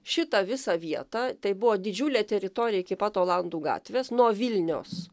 šitą visą vietą tai buvo didžiulė teritorija iki pat olandų gatvės nuo vilnios